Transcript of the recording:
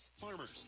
Farmers